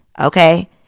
okay